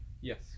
yes